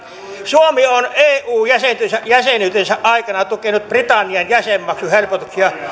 suomi on eu jäsenyytensä jäsenyytensä aikana tukenut britannian jäsenmaksuhelpotuksia